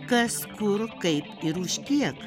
kas kur kaip ir už kiek